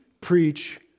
preach